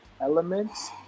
elements